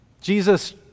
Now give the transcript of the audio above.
Jesus